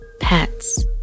pets